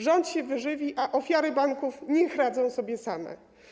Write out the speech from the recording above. Rząd się wyżywi, a ofiary banków niech radzą sobie same.